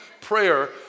prayer